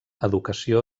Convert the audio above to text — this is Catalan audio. educació